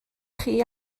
chi